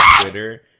Twitter